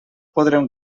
podrem